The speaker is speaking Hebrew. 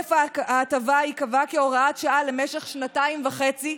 תוקף ההטבה ייקבע כהוראת שעה למשך שנתיים וחצי,